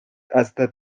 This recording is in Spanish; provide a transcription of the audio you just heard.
hasta